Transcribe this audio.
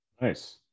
nice